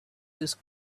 this